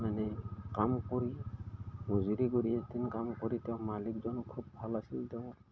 মানে কাম কৰি মজুৰি কৰি এদিন কাম কৰি তেওঁ মালিকজন খুব ভাল আছিল তেওঁ